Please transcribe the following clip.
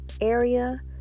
area